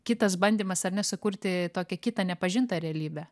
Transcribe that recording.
kitas bandymas ar ne sukurti tokią kitą nepažintą realybę